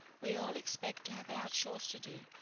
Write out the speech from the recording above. we all expect to have our chores to do.